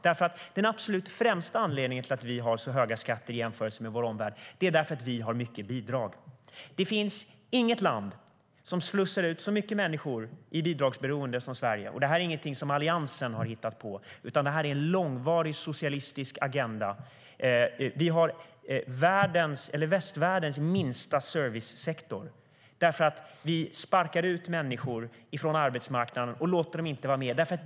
Den absolut främsta anledningen till att vi har så höga skatter i jämförelse med vår omvärld är att det här finns mycket bidrag. Det finns inget land som slussar ut så många människor i bidragsberoende som Sverige, och det här är ingenting som Alliansen har hittat på, utan det har varit en långvarig socialistisk agenda. Vi har västvärldens minsta servicesektor därför att människor sparkas ut från arbetsmarknaden.